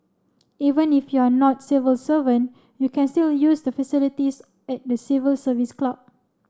even if you are not civil servant you can still use the facilities at the Civil Service Club